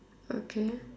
okay